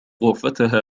غرفتها